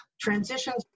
Transitions